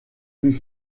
plus